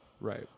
Right